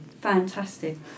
fantastic